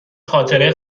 خاطره